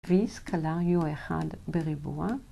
איקס קלריו 1 בריבוע